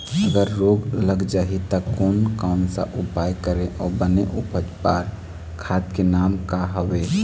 अगर रोग लग जाही ता कोन कौन सा उपाय करें अउ बने उपज बार खाद के नाम का हवे?